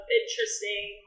interesting